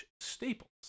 staples